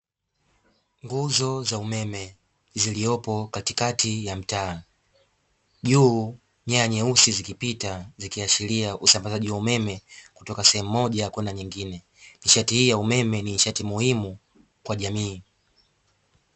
Nguzo za umeme zilizopo katikati ya mtaa, juu nyaya nyeusi zikipita zikiashiria usambazaji wa umeme kutoka sehemu moja kwenda nyingine. Nishati hii ya umeme ni nishati muhimu kwa jamii.